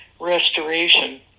restoration